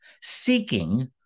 seeking